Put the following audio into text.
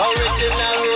Original